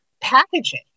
packaging